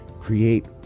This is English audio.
create